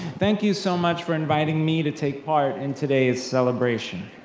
thank you so much for inviting me to take part in today's celebration.